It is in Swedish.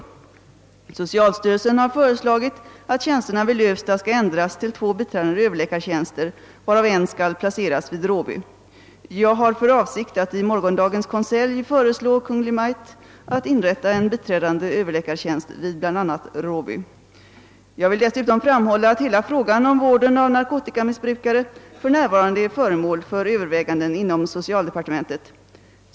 Socialstyrelsen har föreslagit att tjänsterna vid Lövsta skall ändras till två biträdande överläkartjänster, varav en skall placeras vid Råby. Jag har för avsikt att i morgondagens konselj föreslå Kungl. Maj:t att inrätta en biträdande överläkartjänst vid bl.a. Råby. Jag vill dessutom framhålla att hela frågan om vården av narkotikamissbrukare för närvarande är föremål för överväganden inom socialdepartementet.